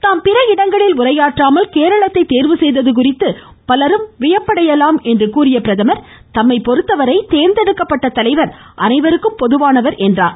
தாம் பிற இடங்களில் உரையாற்றாமல் கேரளத்தை தேர்வு செய்தது குறித்து பலரும் வியப்படையலாம் என்று குறிப்பிட்ட பிரதமர் தம்மை பொறுத்தவரை தேர்ந்தெடுக்கப்பட்ட தலைவர் அனைவருக்கும் பொதுவானவர் என்றார்